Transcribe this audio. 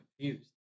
confused